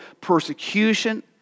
persecution